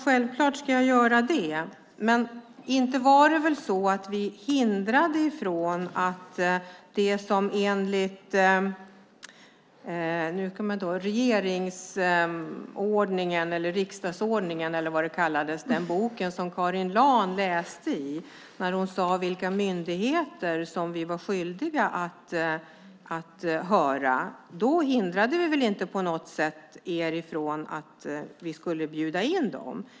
Självklart ska jag svara på frågorna. När Karin Laan läste upp vilka myndigheter vi var skyldiga att höra, vilket vi också gjorde, motsatte vi oss väl inte på något sätt att de skulle bjudas in.